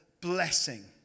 blessing